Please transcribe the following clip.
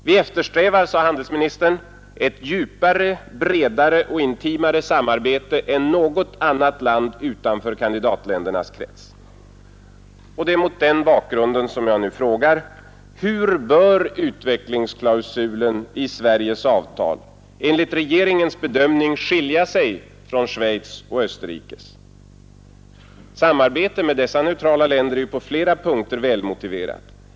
”Vi eftersträvar”, sade handelsministern, ”ett djupare, bredare och intimare samarbete än något annat land utanför kandidatländernas krets”. Det är mot den bakgrunden som jag nu frågar: Hur bör utvecklingsklausulen i Sveriges avtal enligt regeringens bedömning skilja sig från Schweiz och Österrikes? Samarbete med dessa neutrala länder är på flera punkter välmotiverat.